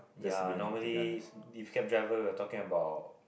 ya normally if cab driver we are talking about